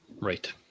Right